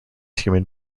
human